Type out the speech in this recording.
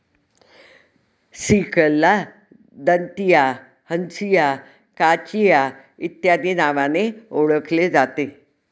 सिकलला दंतिया, हंसिया, काचिया इत्यादी नावांनी ओळखले जाते